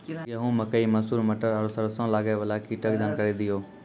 गेहूँ, मकई, मसूर, मटर आर सरसों मे लागै वाला कीटक जानकरी दियो?